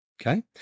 Okay